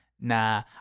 nah